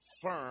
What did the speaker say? firm